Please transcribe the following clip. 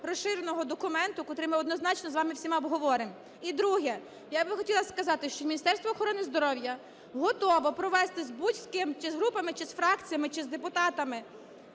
розширеного документу, котрий ми однозначно з вами всіма обговоримо. І друге. Я би хотіла сказати, що Міністерство охорони здоров'я готове провести з будь-ким чи з групами, чи з фракціями, чи з депутатами